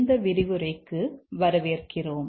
இந்த விரிவுரைக்கு வரவேற்கிறோம்